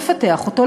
לפתח אותו,